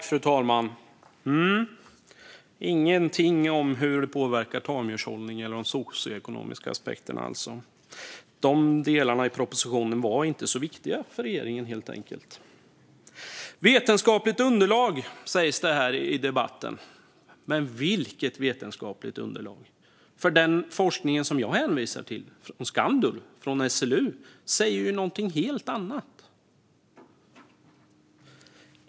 Fru talman! Ingenting om hur det påverkar tamdjurshållning eller de socioekonomiska aspekterna alltså. De delarna i propositionen var inte så viktiga för regeringen, helt enkelt. Vetenskapligt underlag talas det om i debatten. Men vilket vetenskapligt underlag? Den forskning som jag hänvisar till, från Skandulv och SLU, säger ju någonting helt annat.